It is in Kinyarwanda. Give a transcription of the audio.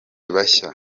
bashya